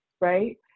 Right